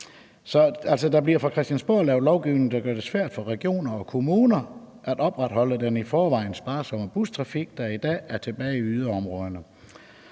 der bliver fra Christiansborg lavet lovgivning, der gør det svært for regioner og kommuner at opretholde den i forvejen sparsomme bustrafik, der i dag er tilbage i yderområderne,